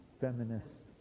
feminists